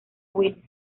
willis